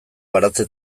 baratze